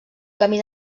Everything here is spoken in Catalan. camí